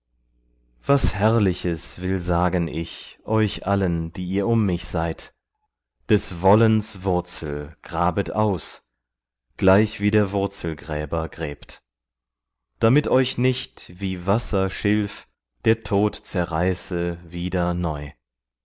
was herrliches will sagen ich euch allen die ihr um mich seid des wollens wurzel grabet aus gleichwie der wurzelgräber gräbt damit euch nicht wie wasser schilf der tod zerreiße wieder neu